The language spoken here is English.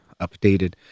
updated